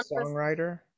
songwriter